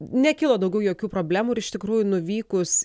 nekilo daugiau jokių problemų ir iš tikrųjų nuvykus